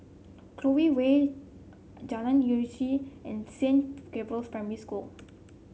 Clover Way Jalan Uji and Saint Gabriel's Primary School